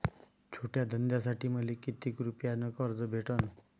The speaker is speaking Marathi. छोट्या धंद्यासाठी मले कितीक रुपयानं कर्ज भेटन?